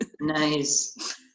nice